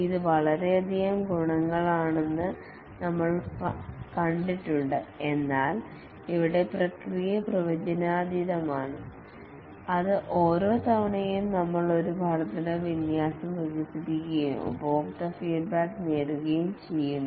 ഇത് വളരെയധികം ഗുണങ്ങളാണെന്ന് നമ്മൾ കണ്ടിട്ടുണ്ട് എന്നാൽ ഇവിടെ പ്രക്രിയ പ്രവചനാതീതമാണ് അത് ഓരോ തവണയും നമ്മൾ ഒരു വർദ്ധനവ് വിന്യാസം വികസിപ്പിക്കുകയും ഉപഭോക്തൃ ഫീഡ്ബാക്ക് നേടുകയും ചെയ്യുന്നു